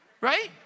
right